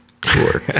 tour